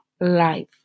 life